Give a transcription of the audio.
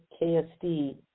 KSD